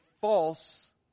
false